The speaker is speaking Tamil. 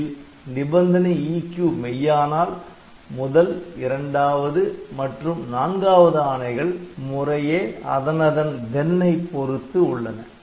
இதில் நிபந்தனை EQ மெய்யானால் முதல் இரண்டாவது மற்றும் நான்காவது ஆணைகள் முறையே அதனதன் THEN ஐ பொறுத்து உள்ளன